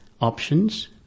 options